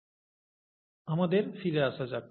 আমাদের ফিরে আসা যাক